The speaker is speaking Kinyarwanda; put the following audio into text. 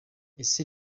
ese